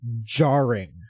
jarring